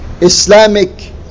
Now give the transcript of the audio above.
islamic